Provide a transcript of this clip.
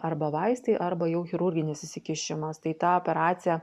arba vaistai arba jau chirurginis įsikišimas tai tą operaciją